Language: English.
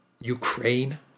Ukraine